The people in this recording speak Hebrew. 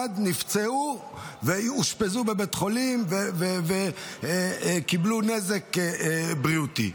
כשרצו לממ"ד הם נפצעו ואושפזו בבית חולים וקיבלו נזק בריאותי.